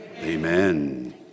amen